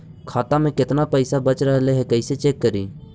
खाता में केतना पैसा बच रहले हे कैसे चेक करी?